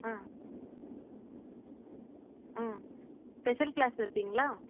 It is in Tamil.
ஆ ஆ ஸ்பெஷல் க்ளாஸ் வப்பிங்களா